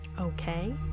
Okay